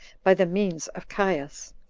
by the means of caius.